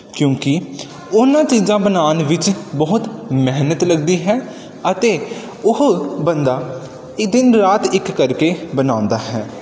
ਕਿਉਂਕਿ ਉਹਨਾਂ ਚੀਜ਼ਾਂ ਬਣਾਉਣ ਵਿੱਚ ਬਹੁਤ ਮਿਹਨਤ ਲੱਗਦੀ ਹੈ ਅਤੇ ਉਹ ਬੰਦਾ ਇਹ ਦਿਨ ਰਾਤ ਇੱਕ ਕਰਕੇ ਬਣਾਉਂਦਾ ਹੈ